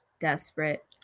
desperate